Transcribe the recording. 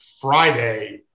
Friday